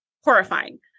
horrifying